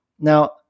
Now